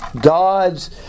God's